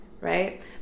right